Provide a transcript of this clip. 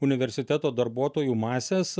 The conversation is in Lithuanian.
universiteto darbuotojų masės